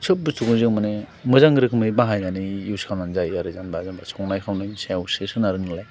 सब बुस्तुखौनो जों माने मोजां रोखोमै बाहायनानै युस खालामनानै जायो आरो जेनेबा संनाय खावनायनि सायावसो सोनारो नालाय